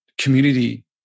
community